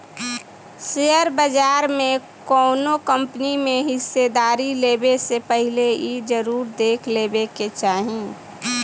share बाजार में कौनो कंपनी में हिस्सेदारी लेबे से पहिले इ जरुर देख लेबे के चाही